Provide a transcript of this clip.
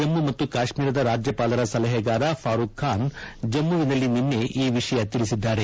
ಜಮ್ಮು ಮತ್ತು ಕಾಶ್ಮೀರದ ರಾಜ್ಯಪಾಲರ ಸಲಹೆಗಾರ ಫಾರೂಕ್ಖಾನ್ ಜಮ್ಮುವಿನಲ್ಲಿ ನಿನ್ನೆ ಈ ವಿಷಯ ತಿಳಿಸಿದ್ದಾರೆ